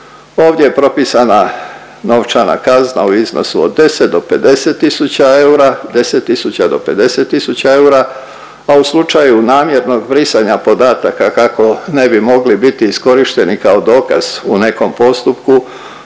Ovdje je propisana novčana kazna u iznosu od 10 do 50 tisuća eura. 10 tisuća do 50 tisuća eura, a u slučaju namjernog brisanja podataka kako ne bi mogli biti iskorišteni kao dokaz u nekom postupku,